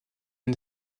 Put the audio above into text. une